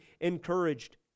encouraged